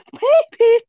baby